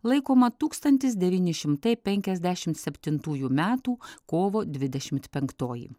laikoma tūkstantis devyni šimtai penkiasdešimt septintųjų metų kovo dvidešimt penktoji